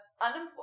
unemployed